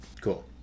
Cool